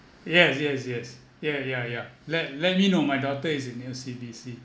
yes yes yes yeah ya ya let let me know my daughter is in O_C_B_C